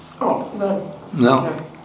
No